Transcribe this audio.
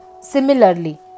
Similarly